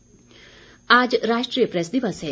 press दिवस आज राष्ट्रीय प्रेस दिवस है